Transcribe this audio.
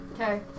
Okay